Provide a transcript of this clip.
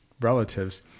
relatives